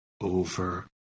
over